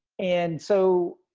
and so